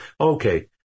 Okay